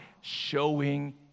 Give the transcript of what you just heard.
showing